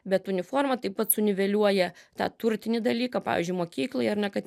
bet uniforma taip pat suniveliuoja tą turtinį dalyką pavyzdžiui mokykloj ar ne kad